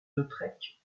lautrec